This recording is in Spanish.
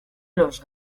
los